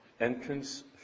entrance